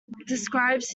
describes